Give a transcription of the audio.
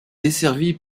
desservie